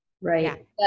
Right